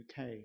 UK